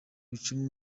icumu